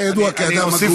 אתה ידוע כאדם הגון.